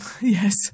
yes